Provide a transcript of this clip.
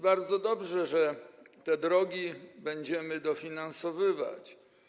Bardzo dobrze, że te drogi będziemy dofinansowywać.